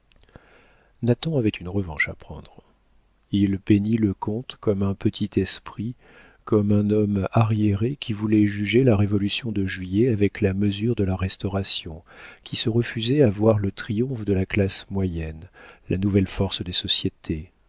nathan avait une revanche à prendre il peignit le comte comme un petit esprit comme un homme arriéré qui voulait juger la révolution de juillet avec la mesure de la restauration qui se refusait à voir le triomphe de la classe moyenne la nouvelle force des sociétés